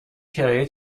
کرایه